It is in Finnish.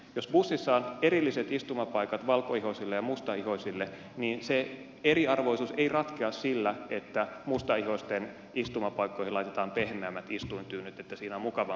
jos bussissa on erilliset istumapaikat valkoihoisille ja mustaihoisille niin se eriarvoisuus ei ratkea sillä että mustaihoisten istumapaikkoihin laitetaan pehmeämmät istuintyynyt että siinä on mukavampi istua